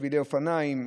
שבילי אופניים,